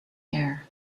air